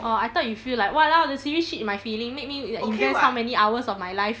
orh I thought you'll feel like !walao! the series cheat my feeling make me invest how many hours of my life